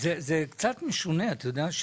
זה קצת משונה את יודעת,